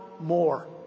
more